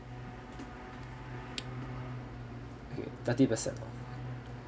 okay thirty percent off